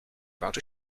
about